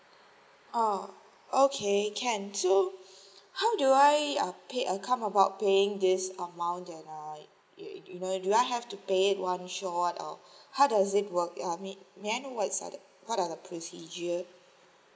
oh okay can so how do I pay come about paying this amount um you you know do I have to pay it one shot or how does it work I mean may I know what's are what are the procedure